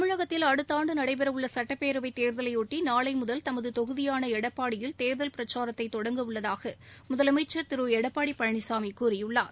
தமிழகத்தில் அடுத்த ஆண்டு நடைபெறவுள்ள சட்டப்பேரவைத் தேர்தலையாட்டி நாளை முதல் தமது தொகுதியான எடப்பாடியில் தேர்தல் பிரச்சாரத்தை தொடங்கவுள்ளதாக முதலமைச்சர் திரு எடப்பாடி பழனிசாமி கூறியுள்ளார்